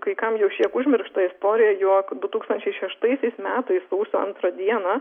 kai kam jau šiek užmirštą istoriją jog du tūkstančiai šeštaisiais metais sausio antrą dieną